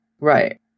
Right